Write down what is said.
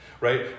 right